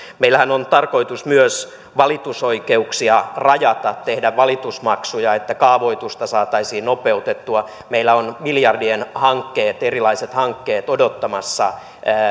meillähän on tarkoitus myös valitusoikeuksia rajata tehdä valitusmaksuja että kaavoitusta saataisiin nopeutettua meillä on miljardien hankkeet erilaiset hankkeet odottamassa